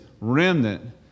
remnant